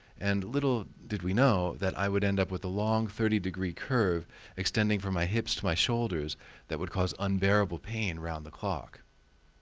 and little did we know that i would end up with a long thirty degree curve extending from my hips to my shoulders that would cause unbearable pain round the clock.